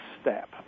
step